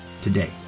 today